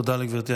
תודה לגברתי.